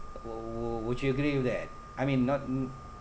w~ w~ would you agree with that I mean not